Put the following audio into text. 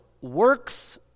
works